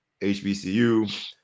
hbcu